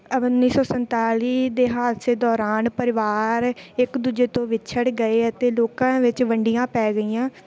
ਉੱਨੀ ਸੌ ਸੰਤਾਲੀ ਦੇ ਹਾਦਸੇ ਦੌਰਾਨ ਪਰਿਵਾਰ ਇੱਕ ਦੂਜੇ ਤੋਂ ਵਿਛੜ ਗਏ ਅਤੇ ਲੋਕਾਂ ਵਿੱਚ ਵੰਡੀਆਂ ਪੈ ਗਈਆਂ